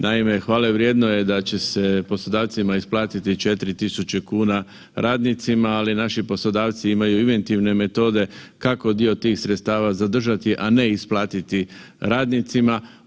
Naime, hvale vrijedno je da će se poslodavcima isplatiti 4 tisuće kuna radnicima, ali naši poslodavci imaju inventivne metode kako dio tih sredstava zadržati, a ne isplatiti radnicima.